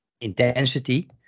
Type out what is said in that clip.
intensity